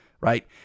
Right